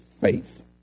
faith